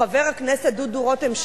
חבר הכנסת דודו רותם,